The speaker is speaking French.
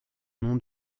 nom